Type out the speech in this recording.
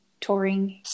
Touring